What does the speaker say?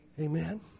Amen